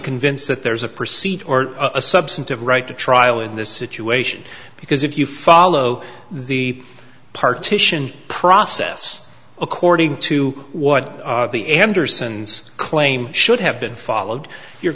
convinced that there's a procedure or a substantive right to trial in this situation because if you follow the partition process according to what the andersons claim should have been followed you're